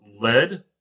lead